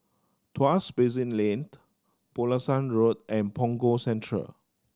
Tuas Basin Lane Pulasan Road and Punggol Central